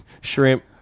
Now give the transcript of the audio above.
Shrimp